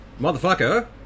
motherfucker